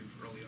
early